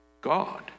God